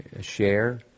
share